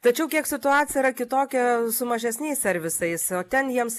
tačiau kiek situacija yra kitokia su mažesniais servisais o ten jiems